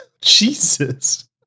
Jesus